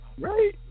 right